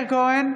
כלפון,